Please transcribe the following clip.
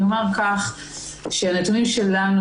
אני אומר כך שנתונים שלנו,